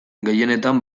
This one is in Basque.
gehienetan